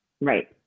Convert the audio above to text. Right